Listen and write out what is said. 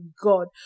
God